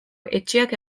etxeak